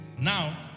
Now